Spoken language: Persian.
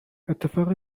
اتفاق